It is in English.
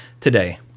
today